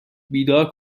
بیدار